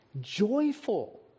joyful